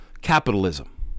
Capitalism